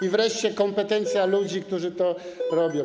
I wreszcie kompetencje ludzi, którzy to robią.